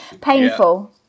Painful